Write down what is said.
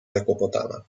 zakłopotana